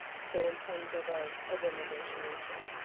so in terms of ah of a negotiation.